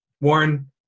Warren